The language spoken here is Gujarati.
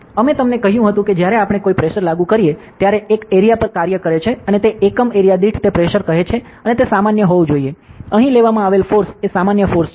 અમે તમને કહ્યું હતું કે જ્યારે આપણે કોઈ પ્રેશર લાગુ કરીએ ત્યારે તે એક એરીયા પર કાર્ય કરે છે અને તે એકમ એરીયા દીઠ તે પ્રેશર કહે છે અને તે સામાન્ય હોવું જોઈએ અહીં લેવામાં આવેલ ફોર્સ એ સામાન્ય ફોર્સ છે